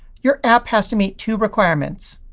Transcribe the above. your app has to meet two requirements.